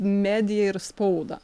mediją ir spaudą